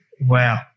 wow